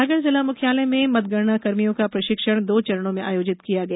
सागर जिला मुख्यालय में मतगणनाकर्मियों का प्रशिक्षण दो चरणों में आयोजित किया गया